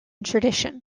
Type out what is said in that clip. tradition